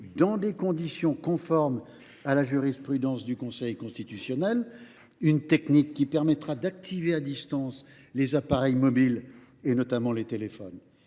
dans des conditions conformes à la jurisprudence du Conseil constitutionnel, une technique qui permettra d’activer à distance les appareils mobiles, notamment les téléphones.